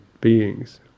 beings